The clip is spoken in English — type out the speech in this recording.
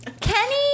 Kenny